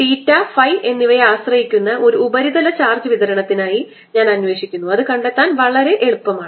തീറ്റ ഫൈtheta phi എന്നിവയെ ആശ്രയിക്കുന്ന ഒരു ഉപരിതല ചാർജ് വിതരണത്തിനായി ഞാൻ അന്വേഷിക്കുന്നു അത് കണ്ടെത്താൻ വളരെ എളുപ്പമാണ്